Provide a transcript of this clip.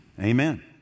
amen